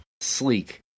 sleek